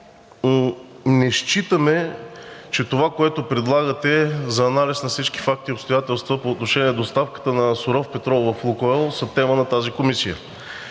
не считаме, че това, което предлагате за анализ на всички факти и обстоятелства по отношение доставката на суров петрол в „Лукойл“ са тема на тази комисия.